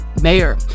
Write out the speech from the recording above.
mayor